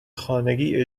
خانگی